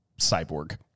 cyborg